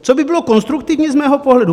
Co by bylo konstruktivní z mého pohledu?